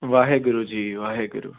Waheguru ji Waheguru